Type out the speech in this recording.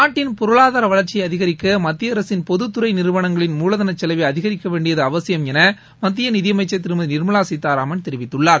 நாட்டின் பொருளாதார வளர்ச்சியை அதிகரிக்க மத்திய அரசின் பொதுத் துறை நிறுவனங்களின் மூலதன செலவை அதிகரிக்க வேண்டியது அவசியம் என மத்திய நிதியமைச்சர் திருமதி நிர்மலா சீதூராமன் தெரிவித்துள்ளார்